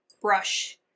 brush